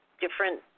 different